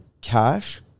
cash